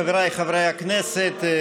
חבריי חברי הכנסת,